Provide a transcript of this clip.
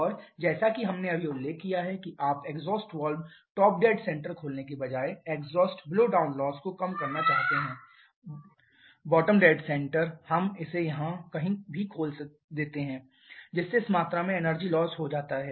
और जैसा कि हमने अभी उल्लेख किया है कि आप exhaust valve top dead centre खोलने के बजाय एग्जॉस्ट ब्लोअडाउन लॉस को कम करना जानते हैं बॉटम डेड सेंटर हम इसे यहां कहीं भी खोल देते हैं जिससे इस मात्रा में एनर्जी लॉस हो जाता है